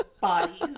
bodies